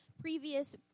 previous